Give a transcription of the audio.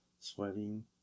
sweating